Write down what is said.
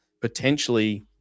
potentially